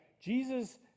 Jesus